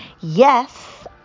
yes